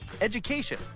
education